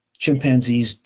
Chimpanzees